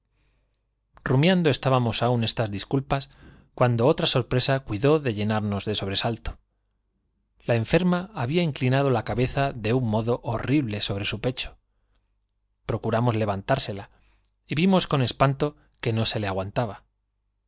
imponernos estábamos aún estas disculpas cuando rumiando otra sorpresa cuidó de llenarnos de sobresalto la enferma había inclinado la cabeza de un modo ho rrible sobre su pecho procuramos levantársela y vimos con espanto que no se le aguantaba